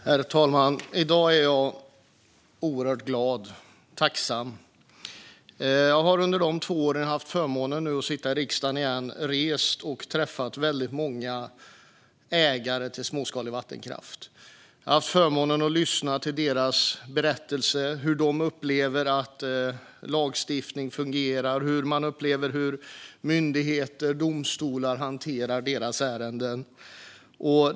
Herr talman! I dag är jag oerhört glad och tacksam. Under de två år jag har haft förmånen att återigen sitta i riksdagen har jag rest och träffat väldigt många ägare till småskalig vattenkraft. Jag har haft förmånen att lyssna till deras berättelser om hur de upplever att lagstiftningen fungerar och hur de upplever att myndigheter och domstolar hanterar deras ärenden.